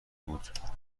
بود